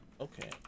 Okay